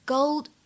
Gold